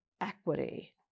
equity